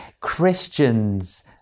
Christian's